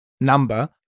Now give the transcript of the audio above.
number